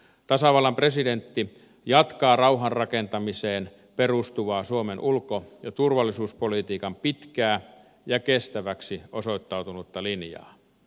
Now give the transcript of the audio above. tasavallan presidentti jatkaa rauhanrakentamiseen perustuvaa suomen ulko ja turvallisuuspolitiikan pitkää ja kestäväksi osoittautunutta linjaa